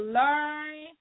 learn